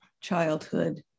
childhood